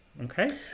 Okay